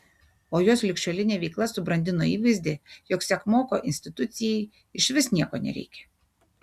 o jos ligšiolinė veikla subrandino įvaizdį jog sekmoko institucijai išvis nieko nereikia